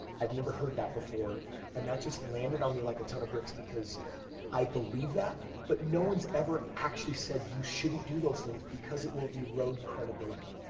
i've never heard that before and that just landed on me like a ton of bricks because i believed that. but no one's ever actually said you shouldn't do those things because it will erode credibility.